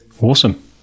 Awesome